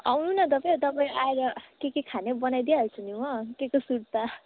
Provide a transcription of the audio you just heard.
आउनु न तपाईँ तपाईँ आएर के के खाने हो बनाइदिई हाल्छु नि म केको सुर्ता